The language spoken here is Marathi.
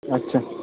अच्छा